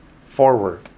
forward